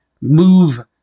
move